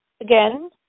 again